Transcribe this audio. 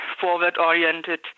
forward-oriented